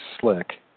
slick